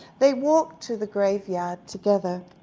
they walked to the graveyard together.